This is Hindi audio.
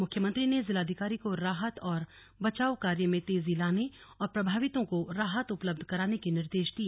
मुख्यमंत्री ने जिलाधिकारी को राहत और बचाव कार्य में तेजी लाने और प्रभावितों को राहत उपलब्ध करवाने के निर्देश दिए